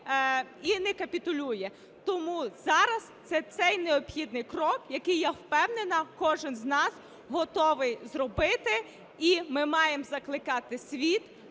і не капітулює. Тому зараз це цей необхідний крок, який, я впевнена, кожен з нас готовий зробити. І ми маємо закликати світ,